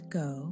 go